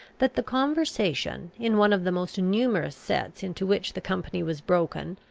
that the conversation, in one of the most numerous sets into which the company was broken,